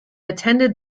attended